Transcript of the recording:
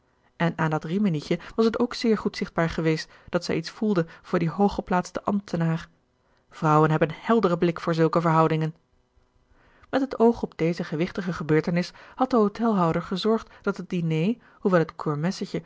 en aan dat riminietje was het ook zeer goed zichtbaar geweest dat zij iets voelde voor dien hooggeplaatsten ambtenaar vrouwen hebben een helderen blik voor zulke verhoudingen met het oog op deze gewichtige gebeurtenis had de hotelhouder gezorgd dat het diné hoewel het